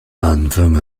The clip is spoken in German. anfang